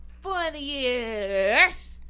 funniest